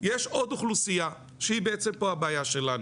יש עוד אוכלוסייה שהיא בעצם פה הבעיה שלנו.